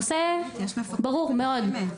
נושא ברור מאוד,